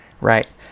right